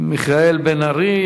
מיכאל בן-ארי.